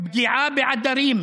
פגיעה בעדרים,